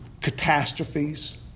catastrophes